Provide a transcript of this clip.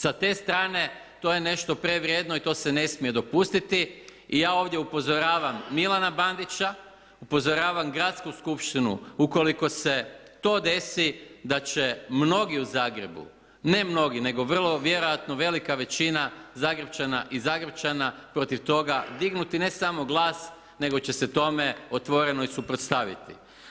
Sa te strane, to je nešto prevrijedno i to se ne smije dopustiti i ja ovdje upozoravam Milana Bandića, upozoravam gradsku skupštinu, ukoliko se to desi, da će mnogi u Zagrebu, ne mnogi, nego vrlo vjerojatno velika većina zagrepčana i zagrepčanki protiv toga dignuti ne samo glas, nego će se tome otvoreno i suprotstaviti.